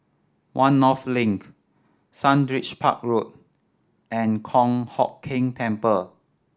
One North Link Sundridge Park Road and Kong Hock Keng Temple